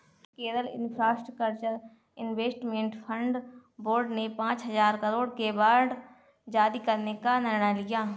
Kerala infrastructure investment fund board ने पांच हजार करोड़ के बांड जारी करने का निर्णय लिया